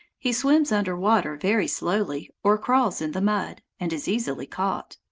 he swims under water very slowly, or crawls in the mud, and is easily caught.